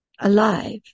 Alive